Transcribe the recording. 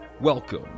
Welcome